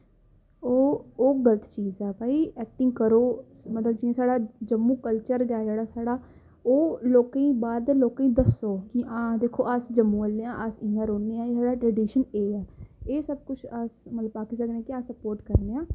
ओह् गल्त चीज ऐ भाई ऐकटिंग करो मतलब कि साढ़ा जम्मू कल्चर दा जेह्ड़ा एह् लोकें बाह्र दे लोकें ई दस्सो कि हां अस जम्मू आह्ले आं इ'यां रौह्न्ने आं ट्रैडिशन एह् ऐ एह् सबकिश अस मतलब कि कट्ठ करियै स्पोर्ट करने आं